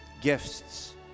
gifts